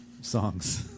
songs